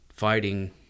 Fighting